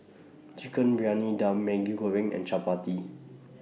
Chicken Briyani Dum Maggi Goreng and Chappati